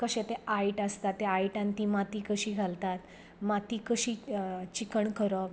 कशे तें आयट आसता त्या आयटान ती माती कशी घालतात माती कशी चिकण करप